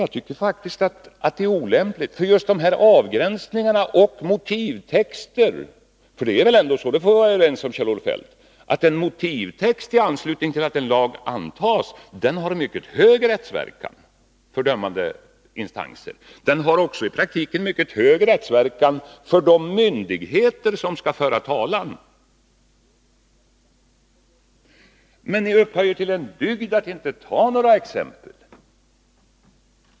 Jag tycker faktiskt att det är olämpligt. Just avgränsningarna och motivtexten är viktiga — för vi är väl överens om, Kjell-Olof Feldt, att en motivtext i anslutning till att en lag antas har en mycket hög rättsverkan för dömande instanser? Den har också i praktiken mycket hög rättsverkan för de myndigheter som skall föra talan. Men ni upphöjer till en dygd att inte ta några exempel.